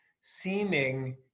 seeming